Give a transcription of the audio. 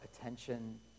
attention